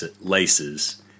laces